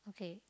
okay